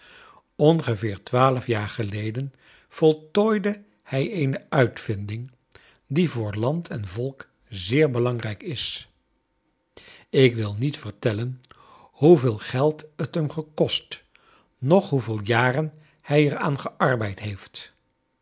ongeveer twaalf jaar geleden voltooide hij eene uitvinding die voor land en volk zeer belangrijk is ik wil niet vertellen hoeveel geld t hem gekost noch hoeveel iaren hij er aan gearbeid heeft